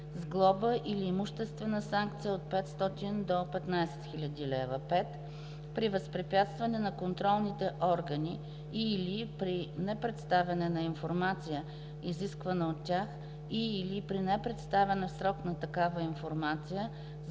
с глоба или с имуществена санкция от 500 до 15 000 лв.; 5. при възпрепятстване на контролните органи и/или при непредставяне на информация, изисквана от тях, и/или при непредставяне в срок на такава информация